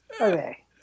Okay